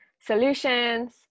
solutions